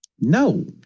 No